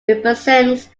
represents